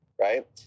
right